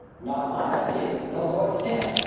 not mine, i see no lloyd's stamp.